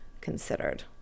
considered